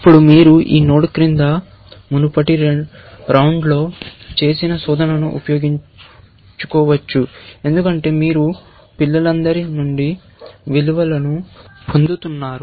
ఇప్పుడు మీరు ఈ నోడ్ క్రింద మునుపటి రౌండ్లో చేసిన శోధనను ఉపయోగించుకోవచ్చు ఎందుకంటే మీరు పిల్లలందరి నుండి విలువలను పొందుతున్నారు